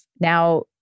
now